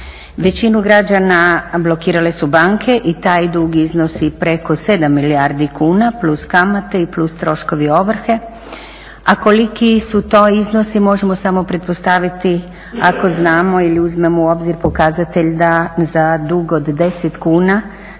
Većinu građana blokirale su banke i taj dug iznosi preko 7 milijardi kuna plus kamate i plus troškovi ovrhe. A koliki su to iznosi možemo samo pretpostaviti ako znamo ili uzmemo u obzir pokazatelj da za dug od 10 kuna